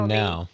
now